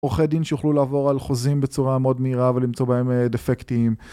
עורכי דין שיוכלו לעבור על חוזים בצורה מאוד מהירה ולמצוא בהם דפקטים